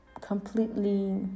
completely